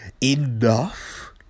enough